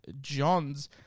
Johns